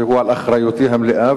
והוא על אחריותי המלאה,